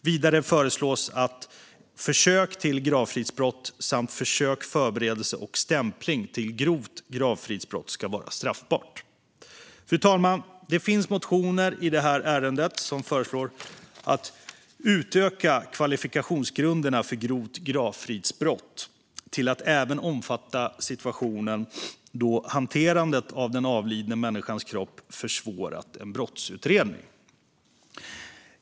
Vidare föreslås att försök till gravfridsbrott samt försök, förberedelse och stämpling till grovt gravfridsbrott ska vara straffbart. Fru talman! Det finns motioner i det här ärendet som föreslår att kvalifikationsgrunderna för grovt gravfridsbrott ska utökas till att även omfatta situationen då hanterandet av en avliden människas kropp försvårar en brottsutredning.